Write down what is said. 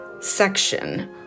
section